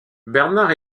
bernard